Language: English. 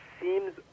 seems